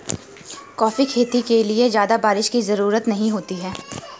coffee खेती के लिए ज्यादा बाऱिश की जरूरत नहीं होती है